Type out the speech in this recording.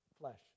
flesh